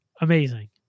amazing